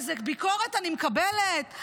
איזו ביקורת אני מקבלת,